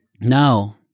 No